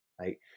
right